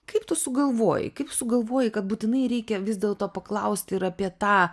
kaip tu sugalvojai kaip sugalvojai kad būtinai reikia vis dėlto paklaust ir apie tą